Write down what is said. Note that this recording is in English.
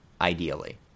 ideally